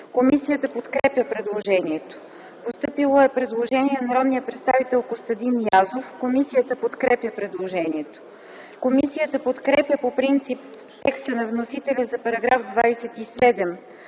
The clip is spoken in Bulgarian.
Комисията подкрепя предложението. Постъпило е предложение от народния представител Костадин Язов. Комисията подкрепя предложението. Комисията подкрепя по принцип текста на вносителя за § 27,